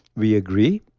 we agree,